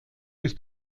bis